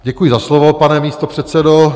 Děkuji za slovo, pane místopředsedo.